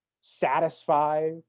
satisfy